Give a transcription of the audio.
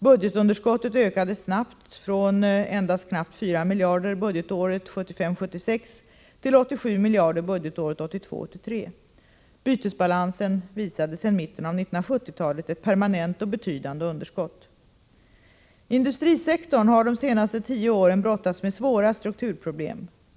Budgetunderskottet ökade snabbt — från endast knappt 4 miljarder budgetåret 1975 83. Bytesbalansen visade sedan mitten av 1970-talet ett permanent och betydande underskott. Industrisektorn har de senaste tio åren brottats med svåra strukturproblem.